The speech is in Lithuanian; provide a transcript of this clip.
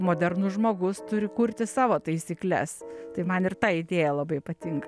modernus žmogus turi kurti savo taisykles tai man ir ta idėja labai patinka